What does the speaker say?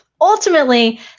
ultimately